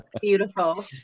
Beautiful